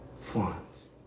funds